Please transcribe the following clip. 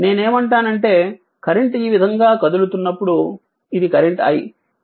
నేనేమంటానంటే కరెంట్ ఈ విధంగా కదులుతున్నప్పుడు ఇది కరెంట్ i